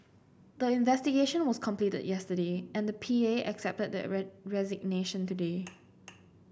the investigation was completed yesterday and the P A accepted the red resignation today